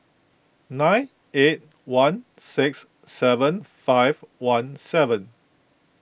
nine eight one six seven five one seven